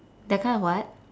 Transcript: they're kind of what